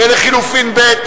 ולחלופין ב'?